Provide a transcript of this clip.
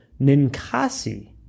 Ninkasi